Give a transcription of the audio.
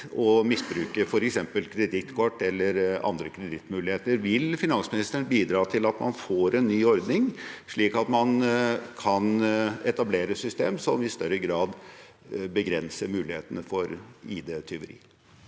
og misbruke f.eks. kredittkort eller andre kredittmuligheter. Vil finansministeren bidra til at man får en ny ordning, slik at man kan etablere et system som i større grad begrenser mulighetene for IDtyveri?